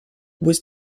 was